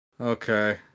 Okay